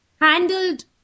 handled